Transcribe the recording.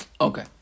Okay